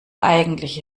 eigentlich